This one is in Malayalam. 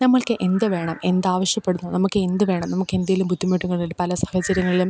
നമ്മൾക്ക് എന്തു വേണം എന്ത് ആവശ്യപ്പെടുന്നു നമുക്ക് എന്തു വേണം നമുക്ക് എന്തെങ്കിലും ബുദ്ധിമുട്ടുകളിൽ പല സാഹചര്യങ്ങളിലും